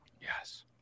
Yes